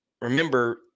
remember